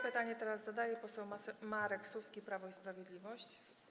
Pytanie teraz zadaje poseł Marek Suski, Prawo i Sprawiedliwość.